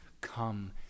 come